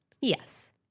Yes